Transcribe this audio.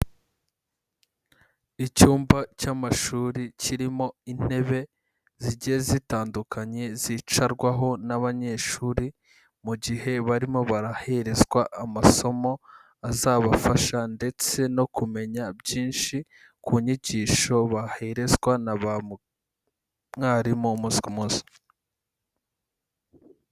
Icyumba cy'amashuri kirimo intebe zigiye zitandukanye zicarwaho n'abanyeshuri mu gihe barimo baraherezwa amasomo azabafasha ndetse no kumenya byinshi ku nyigisho baherezwa na ba mwarimu umunsi ku munsi.